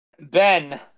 Ben